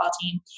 team